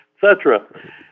cetera